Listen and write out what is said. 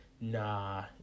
nah